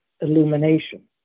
illumination